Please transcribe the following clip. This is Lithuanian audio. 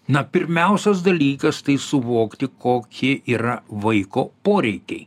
na pirmiausias dalykas tai suvokti kokie yra vaiko poreikiai